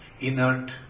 Inert